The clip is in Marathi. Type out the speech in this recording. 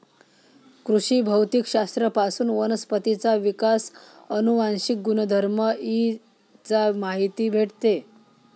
कृषी भौतिक शास्त्र पासून वनस्पतींचा विकास, अनुवांशिक गुणधर्म इ चा माहिती भेटते